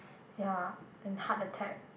ya and heart attack